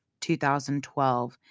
2012